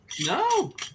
No